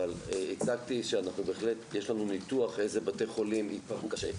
הצגתי שיש לנו ניתוח איזה בתי חולים ייפגעו קשה.